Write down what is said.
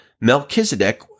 Melchizedek